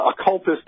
occultist